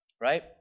right